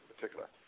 particular